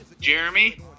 Jeremy